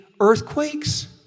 earthquakes